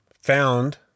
found